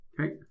Okay